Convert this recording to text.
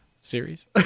series